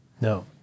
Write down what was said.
No